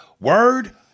word